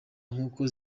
nkuko